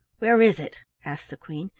where is it? asked the queen,